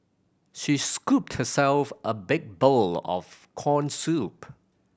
she scooped herself a big bowl of corn soup